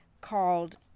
called